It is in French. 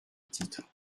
titre